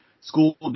school